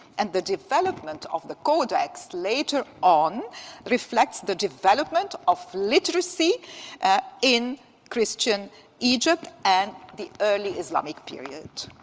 and the development of the codex later on reflects the development of literacy in christian egypt and the early islamic period.